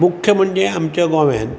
मुख्य म्हणजे आमच्या गोंव्यान